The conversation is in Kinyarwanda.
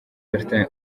bertin